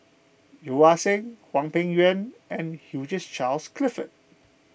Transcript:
Yeo Ah Seng Hwang Peng Yuan and Hugh Charles Clifford